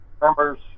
members